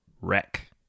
Wreck